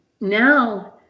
now